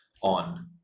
on